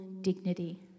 dignity